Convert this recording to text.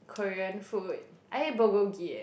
Korean food I ate bulgogi eh